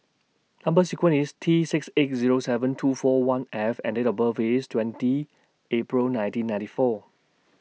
Number sequence IS T six eight Zero seven two four one F and Date of birth IS twenty April nineteen ninety four